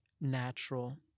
natural